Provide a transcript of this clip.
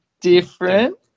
different